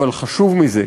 אבל חשוב מזה,